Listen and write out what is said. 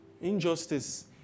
Injustice